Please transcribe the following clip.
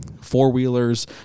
four-wheelers